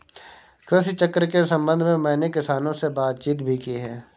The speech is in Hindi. कृषि चक्र के संबंध में मैंने किसानों से बातचीत भी की है